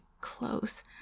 close